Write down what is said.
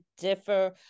differ